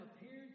appeared